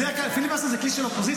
בדרך כלל פיליבסטר זה כלי של אופוזיציה,